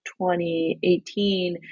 2018